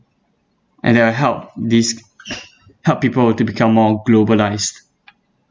and they'll help this help people to become more globalized